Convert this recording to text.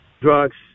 Drugs